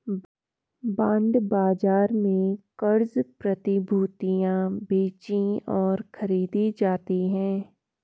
bond बाजार में क़र्ज़ प्रतिभूतियां बेचीं और खरीदी जाती हैं